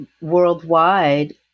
worldwide